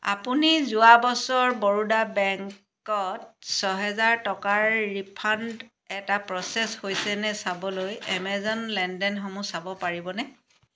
আপুনি যোৱা বছৰ বৰোদা বেংকত ছহেজাৰ টকাৰ ৰিফাণ্ড এটা প্ৰ'চেছ হৈছেনে চাবলৈ এমেজন লেনদেনসমূহ চাব পাৰিবনে